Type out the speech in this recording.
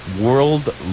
World